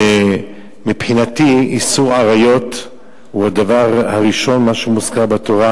מבחינתי איסור עריות הוא הדבר הראשון שמוזכר בתורה,